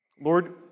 Lord